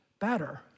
better